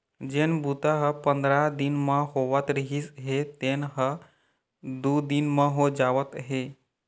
जेन बूता ह पंदरा दिन म होवत रिहिस हे तेन ह दू दिन म हो जावत हे